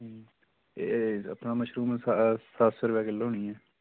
एह् अपना मशरूम सत्त सौ रपेआ किल्लो होनी ऐ